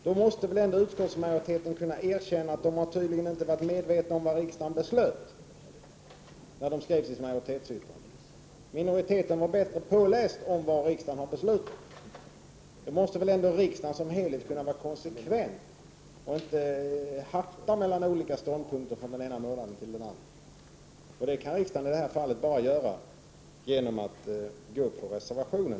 Då måste väl ändå utskottsmajoriteten kunna erkänna att man tydligen inte varit medveten om vad riksdagen beslutat, när man skrev sitt majoritetsyttrande. Minoriteten var bättre påläst när det gäller riksdagens beslut. Riksdagen som helhet måste väl ändå kunna vara konsekvent och inte hatta mellan olika ståndpunkter från den ena månaden till den andra. Detta kan riksdagen i det här fallet bara vara genom att rösta för reservationen.